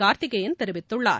கார்த்திகேயன் தெரிவித்துள்ளார்